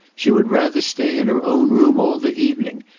she would rather stay in her own room all the evening,